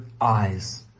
eyes